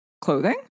clothing